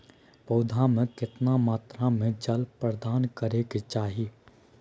पौधा में केतना मात्रा में जल प्रदान करै के चाही?